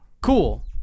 Cool